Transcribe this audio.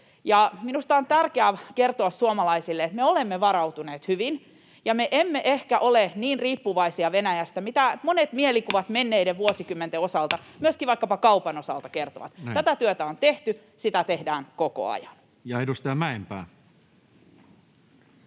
minusta on tärkeää kertoa suomalaisille, että me olemme varautuneet hyvin ja me emme ehkä ole niin riippuvaisia Venäjästä, mitä monet mielikuvat menneiden vuosikymmenten osalta, myöskin vaikkapa kaupan osalta, kertovat. [Puhemies: Näin!] Tätä työtä on tehty, sitä tehdään koko ajan. [Speech